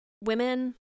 women